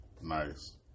nice